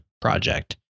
project